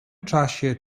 czasie